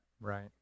Right